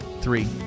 three